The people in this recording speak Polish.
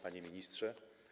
Panie Ministrze!